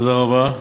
תודה רבה.